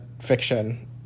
fiction